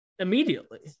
Immediately